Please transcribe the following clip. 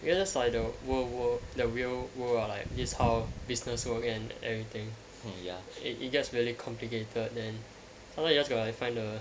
that's like the real world the real world ah like this is how business work and everything it it gets really complicated then sometimes you just got to find the